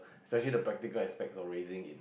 especially the practically aspects of raising it